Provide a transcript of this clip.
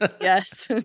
Yes